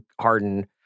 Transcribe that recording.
Harden